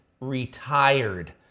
retired